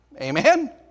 Amen